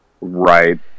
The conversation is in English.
Right